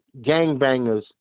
gangbangers